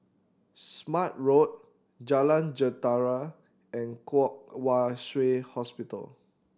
Smart Road Jalan Jentera and Kwong Wai Shiu Hospital